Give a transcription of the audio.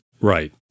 Right